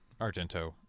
Argento